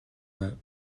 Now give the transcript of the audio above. байв